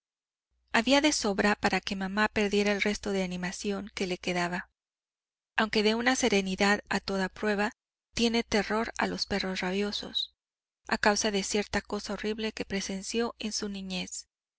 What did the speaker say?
cuidado había de sobra para que mamá perdiera el resto de animación que le quedaba aunque de una serenidad a toda prueba tiene terror a los perros rabiosos a causa de cierta cosa horrible que presenció en su niñez